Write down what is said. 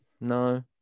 No